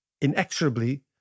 inexorably